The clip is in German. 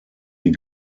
die